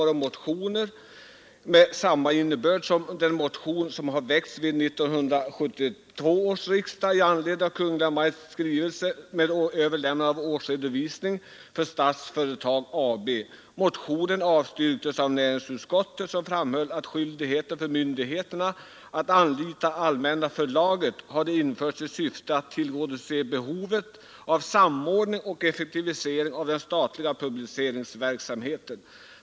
En motion med samma innebörd som motionen 249 väcktes vid 1972 års riksdag i anledning av Kungl. Maj:ts skrivelse nr 102 år 1972 med överlämnande av årsredovisning för Statsföretag AB. Motionen avstyrktes av näringsutskottet, som framhöll att skyldigheten för myndigheterna att anlita Allmänna förlaget hade införts i syfte att tillgodose behovet av samordning och effektivisering av den statliga publiceringsverksamheten.